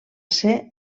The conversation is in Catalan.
ser